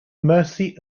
mercy